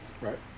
right